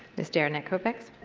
ms. derenak kaufax.